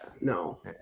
no